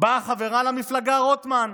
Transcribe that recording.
בא חברה למפלגה, רוטמן,